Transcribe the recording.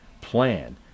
plan